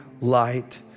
light